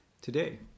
today